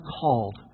called